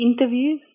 interviews